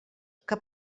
que